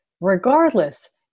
regardless